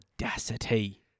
audacity